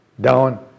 down